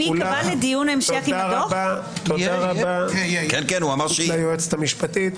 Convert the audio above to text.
תודה רבה ליועצת המשפטית,